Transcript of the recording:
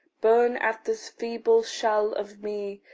burn at this feeble shell of me,